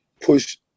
push